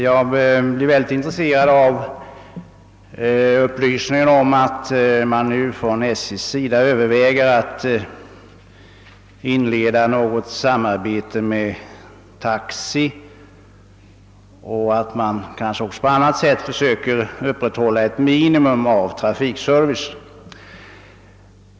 Jag blev mycket intresserad av upplysningen om att man nu från SJ:s sida överväger att inleda ett samarbete med Taxi och att man kanske också på annat sätt skulle försöka upprätthålla ett minimum av trafikservice.